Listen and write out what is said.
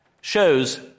shows